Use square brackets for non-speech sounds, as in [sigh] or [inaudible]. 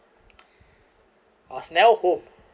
[breath] I was never home